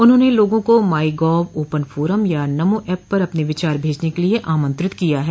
उन्होंने लोगों को माई गॉव ओपन फोरम या नमो ऐप पर अपने विचार भेजने के लिए आमंत्रित किया है